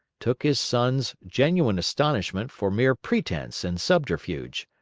took his son's genuine astonishment for mere pretense and subterfuge.